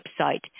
website